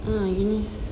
mm gini